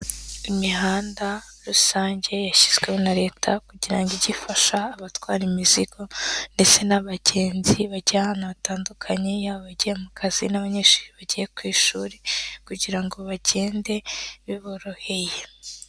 Imihanda rusange yashyizweho na leta kugira ngo ige igifasha abatwara imizigo ndetse n'abagenzi bagiye ahantu hatandukanye, yaba abagiye mu kazi n'abanyeshuri bagiye ku ishuri kugira ngo bagende biboroheye.